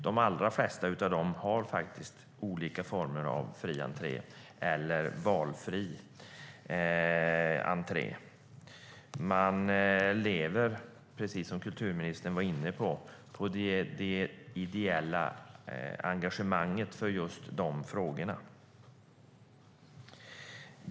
De allra flesta av dem har faktiskt olika former av fri entré eller valfri entré. Man lever, precis som kulturministern var inne på, på det ideella engagemanget för just de frågorna.